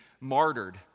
martyred